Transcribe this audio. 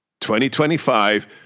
2025